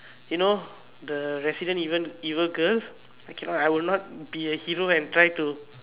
you know the resident evil evil girl I cannot I will not be a hero and try to